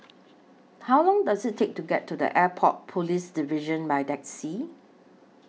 How Long Does IT Take to get to The Airport Police Division By Taxi